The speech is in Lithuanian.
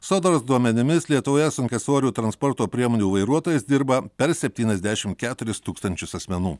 sodros duomenimis lietuvoje sunkiasvorių transporto priemonių vairuotojais dirba per septyniasdešimt keturis tūkstančius asmenų